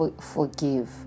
forgive